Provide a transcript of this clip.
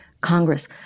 Congress